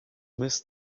mist